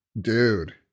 Dude